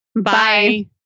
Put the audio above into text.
Bye